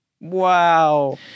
Wow